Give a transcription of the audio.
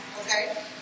Okay